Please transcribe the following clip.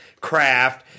craft